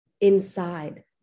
inside